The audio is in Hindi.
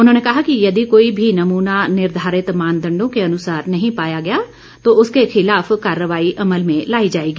उन्होंने कहा कि यदि कोई भी नमूना निर्धारित मानदंडों के अनुसार नहीं पाया गया तो उसके खिलाफ कार्रवाई अमल में लाई जाएगी